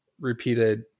repeated